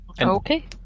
okay